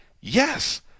Yes